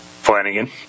Flanagan